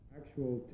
actual